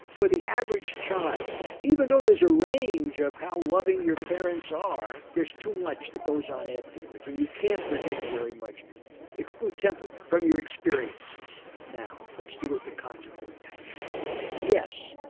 for the average child, even though there's a range of how loving your parents are there's too much that goes on afterwards and you can't predict very much exclude temperament from your experiences. now let's decode the concept of attachment yes,